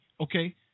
Okay